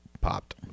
popped